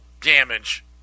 damage